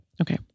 Okay